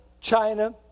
China